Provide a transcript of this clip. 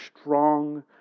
strong